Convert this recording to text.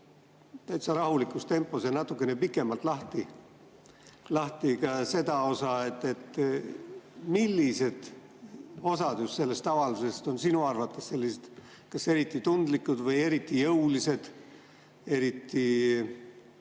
täitsa rahulikus tempos ja natukene pikemalt lahti ka seda osa, millised osad just sellest avaldusest on sinu arvates kas eriti tundlikud, eriti jõulised, eriti